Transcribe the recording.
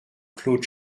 claude